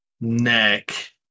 Neck